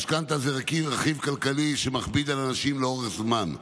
המשכנתה זה רכיב כלכלי שמכביד על אנשים לאורך זמן.